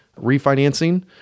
refinancing